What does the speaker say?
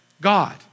God